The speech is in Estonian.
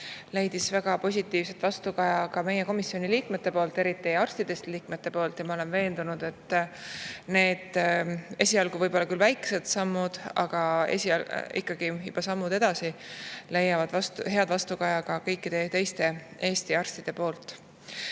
leidis väga positiivset vastukaja ka meie komisjoni liikmetelt, eriti arstidest liikmetelt. Ma olen veendunud, et need esialgu võib-olla küll väikesed sammud, aga ikkagi juba sammud edasi leiavad head vastukaja ka kõikidelt teistelt Eesti arstidelt. Aga